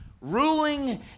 ruling